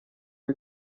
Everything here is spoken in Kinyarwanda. ngo